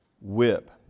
whip